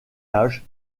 âge